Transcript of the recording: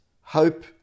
hope